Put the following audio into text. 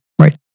Right